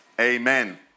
amen